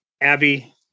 abby